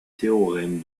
théorème